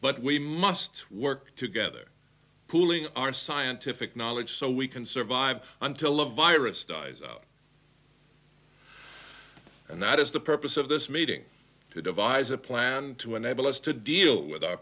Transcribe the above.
but we must work together pooling our scientific knowledge so we can survive until the virus dies out and that is the purpose of this meeting to devise a plan to enable us to deal with our